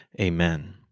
Amen